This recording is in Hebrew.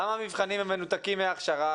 למה המבחנים הם מנותקים מההכשרה?